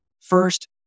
First